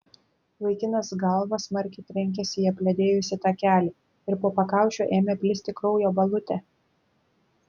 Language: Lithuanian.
vaikinas galva smarkiai trenkėsi į apledėjusį takelį ir po pakaušiu ėmė plisti kraujo balutė